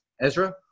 Ezra